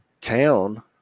town